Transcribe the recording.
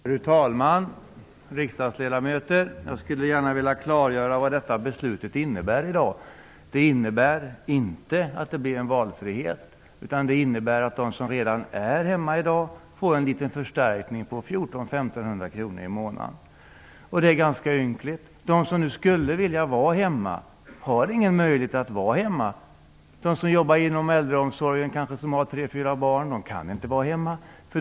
Fru talman! Riksdagsledamöter! Jag skulle gärna vilja klargöra vad beslutet i dag innebär. Det innebär inte att det blir valfrihet, utan det innebär att de som redan är hemma i dag får en liten förstärkning i ekonomin på 1 400--1 500 kr i månaden. Det är ganska ynkligt att de som skulle vilja vara hemma inte har möjlighet att vara det. De som jobbar inom t.ex. äldreomsorgen och har tre fyra barn kan inte vara hemma.